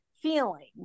feeling